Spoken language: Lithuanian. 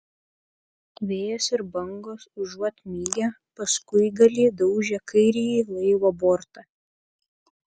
vėjas ir bangos užuot mygę paskuigalį daužė kairįjį laivo bortą